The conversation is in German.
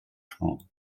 frau